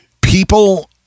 people